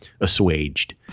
assuaged